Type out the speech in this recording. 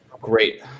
Great